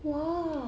!wow!